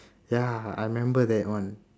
ya I remember that one